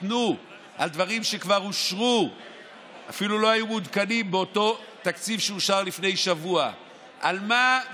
בתוכניות העבודה הממשלה הזאת